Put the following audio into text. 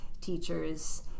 teachers